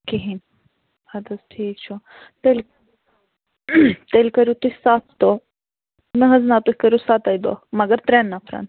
کِہیٖنٛۍ اَدٕ حظ ٹھیٖک چھُ تیٚلہِ تیٚلہِ کٔرِو تُہۍ ستھ دۄہ نہَ حظ نہَ تُہۍ کٔرِو سَتے دۄہ مگر ترٛٮیٚن نفرَن